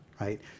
right